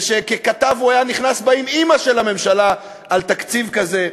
ושככתב הוא היה נכנס באמ-אימא של הממשלה על תקציב כזה.